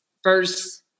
First